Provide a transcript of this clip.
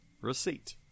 Receipt